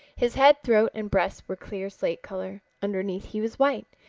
his head, throat and breast were clear slate color. underneath he was white.